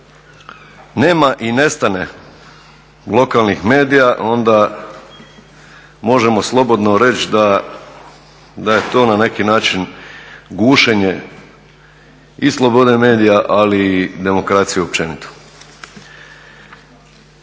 nema i nestane lokalnih medija onda možemo slobodno reći da je to na neki način gušenje i slobode medija ali i demokracije općenito.